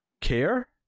care